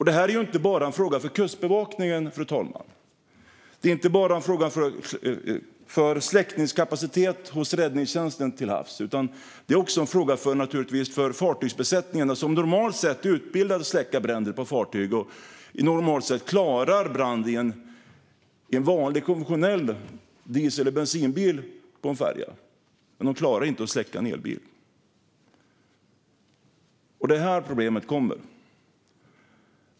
Detta är inte bara en fråga för Kustbevakningen, fru talman. Det är inte heller bara en fråga om släckningskapaciteten hos räddningstjänsten till havs, utan det är också en fråga för fartygsbesättningarna. De är normalt sett utbildade i att släcka bränder på fartyg och klarar normalt sett en brand i en konventionell dieselbil eller bensinbil på en färja, men de klarar inte att släcka en brand i en elbil. Det är här problemet kommer.